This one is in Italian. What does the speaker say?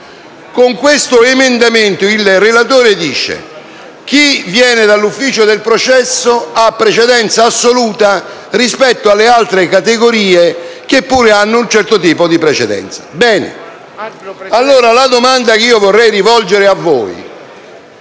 Con questo emendamento il relatore dice che chi viene dall'ufficio del processo ha precedenza assoluta rispetto alle altre categorie, che pure hanno un certo tipo di precedenza. La domanda che vorrei rivolgere a voi